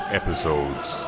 episodes